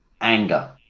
Anger